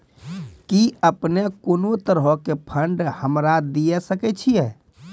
कि अपने कोनो तरहो के फंड हमरा दिये सकै छिये?